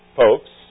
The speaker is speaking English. folks